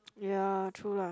ya true lah